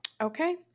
Okay